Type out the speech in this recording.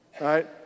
Right